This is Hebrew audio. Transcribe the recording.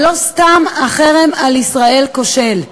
ולא סתם החרם על ישראל כושל.